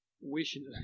wishing